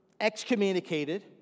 excommunicated